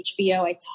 HBO